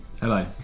Hello